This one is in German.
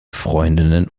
freundinnen